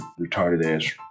retarded-ass